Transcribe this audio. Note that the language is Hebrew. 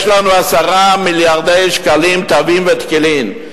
יש לנו 10 מיליארדי שקלים, טבין וטקילין.